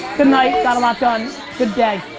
good night, got a lot done. good day.